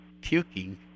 puking